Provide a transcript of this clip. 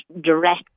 direct